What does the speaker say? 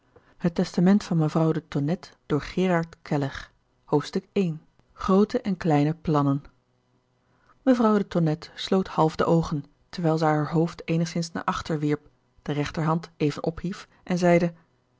het testament van mevrouw de tonnette i groote en kleine plannen mevrouw de tonnette sloot half de oogen terwijl zij haar hoofd eenigzins naar achter wierp de rechterhand even ophief en zeide